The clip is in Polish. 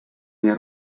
nie